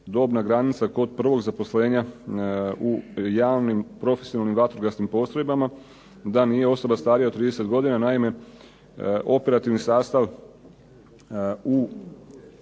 dobna granica kod prvog zaposlenja u javnim profesionalnim vatrogasnim postrojbama, da nije osoba starija od 30 godina. Naime, operativni sastav u